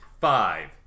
five